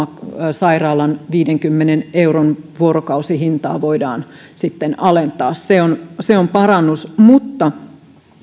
sairaalan viidenkymmenen euron vuorokausihintaa voidaan sitten alentaa se on se on parannus mutta